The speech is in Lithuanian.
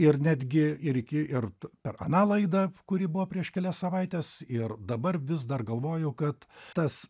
ir netgi ir iki ir per aną laidą kuri buvo prieš kelias savaites ir dabar vis dar galvoju kad tas